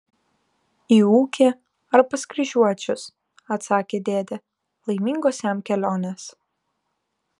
į ūkį ar pas kryžiuočius atsakė dėdė laimingos jam kelionės